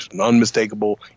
unmistakable